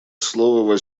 слово